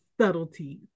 subtleties